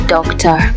Doctor